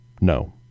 No